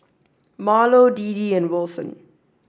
Marlo Deedee and Wilson